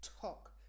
talk